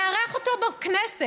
לארח אותו בכנסת,